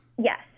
Yes